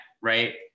right